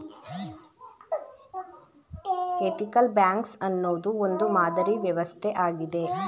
ethical banks ಅನ್ನೋದು ಒಂದು ಮಾದರಿ ವ್ಯವಸ್ಥೆ ಆಗಿದೆ